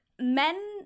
men